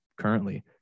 currently